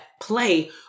play